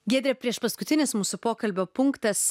giedre priešpaskutinis mūsų pokalbio punktas